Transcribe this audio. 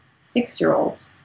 six-year-old